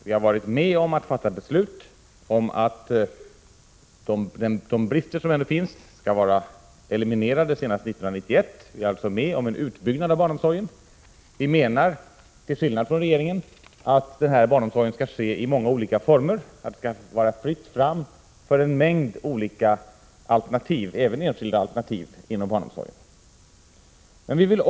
Vi har varit med om att fatta beslut om att de brister som ännu finns skall vara eliminerade senast 1991. Vi är alltså med om en utbyggnad av barnomsorgen. Vi menar dock, till skillnad från regeringen, att barnomsorgen skall kunna erbjudas i många olika former. Det skall vara fritt fram för en mängd olika alternativ inom barnomsorgen, även enskilda.